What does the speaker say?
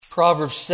Proverbs